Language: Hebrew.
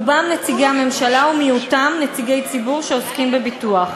רובם נציגי הממשלה ומיעוטם נציגי ציבור שעוסקים בביטוח.